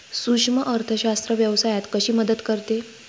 सूक्ष्म अर्थशास्त्र व्यवसायात कशी मदत करते?